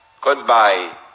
goodbye